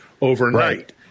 overnight